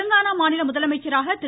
தெலுங்கானா மாநில முதலமைச்சராக திரு